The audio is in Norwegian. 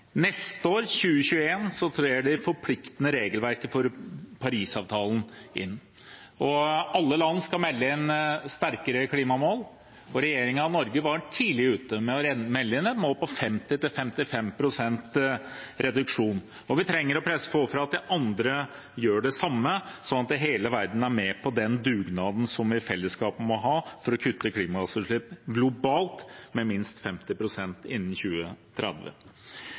Neste år, 2021, trer det forpliktende regelverket for Parisavtalen inn. Alle land skal melde inn sterkere klimamål. Regjeringen i Norge var tidlig ute med å melde inn et mål på 50–55 pst. reduksjon, og vi trenger å presse på for at de andre gjør det samme, slik at hele verden er med på den dugnaden som vi i fellesskap må ha for å kutte klimagassutslippene globalt med minst 50 pst. innen 2030.